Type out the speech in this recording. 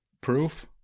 Proof